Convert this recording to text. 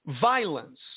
violence